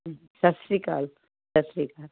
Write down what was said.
ਸਤਿ ਸ਼੍ਰੀ ਅਕਾਲ